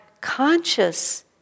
conscious